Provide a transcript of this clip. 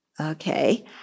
okay